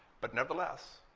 but nevertheless,